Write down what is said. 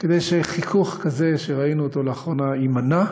כדי שחיכוך כזה, שראינו לאחרונה, יימנע.